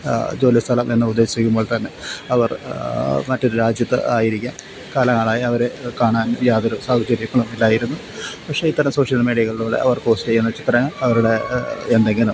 ജോലി സ്ഥലം എന്നു ഉദ്ദേശിച്ചിരിക്കുമ്പോൾ തന്നെ അവർ മറ്റൊരു രാജ്യത്ത് ആയിരിക്കാം കാലങ്ങളായി അവർ കാണാൻ യാതൊരു സാഹചര്യങ്ങളും ഇല്ലായിരുന്നു പക്ഷെ ഇത്തരം സോഷ്യൽ മീഡിയകളിലൂടെ അവർ പോസ്റ്റ് ചെയ്യുന്ന ചിത്രങ്ങൾ അവരുടെ എന്തെങ്കിലും